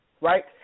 right